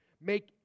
Make